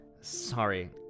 Sorry